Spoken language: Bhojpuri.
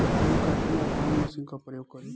गेहूं काटे ला कवन मशीन का प्रयोग करी?